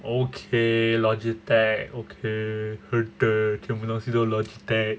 okay logitech okay heard it 全部东西都是 logitech